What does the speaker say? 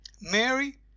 Mary